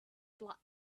black